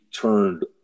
turned